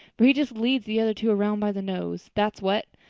for he just leads the other two around by the nose, that's what.